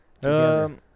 Together